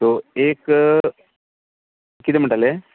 so एक कितें म्हणटालें